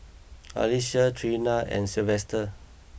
Alisha Treena and Silvester